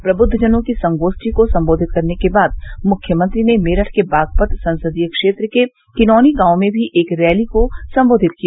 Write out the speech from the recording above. प्रबुद्वजनों की संगोष्ठी को संबोधित करने के बाद मुख्यमंत्री ने मेरठ के बागपत संसदीय क्षेत्र के किनौनी गांव में भी एक रैली को संबोधित किया